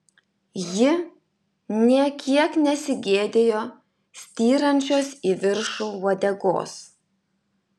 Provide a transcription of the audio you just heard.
ji nė kiek nesigėdijo styrančios į viršų uodegos